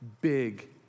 big